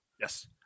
Yes